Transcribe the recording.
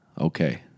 okay